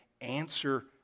answer